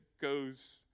goes